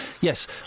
Yes